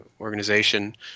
organization